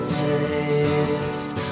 taste